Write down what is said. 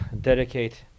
dedicate